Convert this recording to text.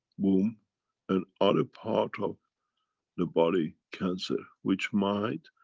womb and other part of the body, cancer which might,